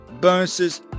bonuses